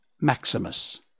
Maximus